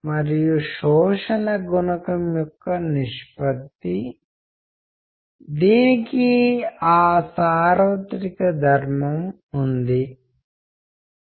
ఇప్పుడు అడ్డంకుల గురించి మాట్లాడుతూ అడ్డంకులు ఏమిటో నేను ఇప్పటికే మీకు చెప్పాను మాటవరసకి సాఫ్ట్ స్కిల్స్ గురించి నేర్చుకోవడానికి ఏమీ లేదనే ఊహతో మీరు ప్రారంభిస్తారని అనుకుందాం